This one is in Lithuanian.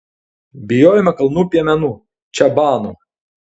bijojome kalnų piemenų čabanų